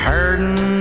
Hurting